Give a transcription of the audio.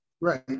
right